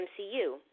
MCU